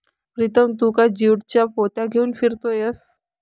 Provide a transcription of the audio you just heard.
प्रीतम तू का ज्यूटच्या पोत्या घेऊन फिरतोयस